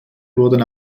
wurden